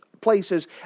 places